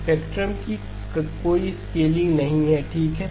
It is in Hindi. स्पेक्ट्रम की कोई स्केलिंग नहीं है ठीक है